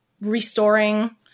restoring